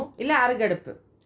இல்ல அரகடப்பு:illa aragadapu